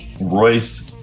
Royce